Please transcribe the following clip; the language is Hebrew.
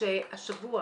שהשבוע